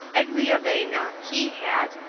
egli aveva, he had,